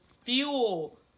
fuel